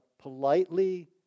politely